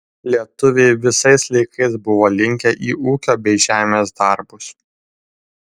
lietuviai visais laikais buvo linkę į ūkio bei žemės darbus